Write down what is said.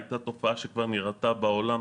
הייתה תופעה שכבר נראתה בעולם,